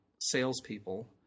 salespeople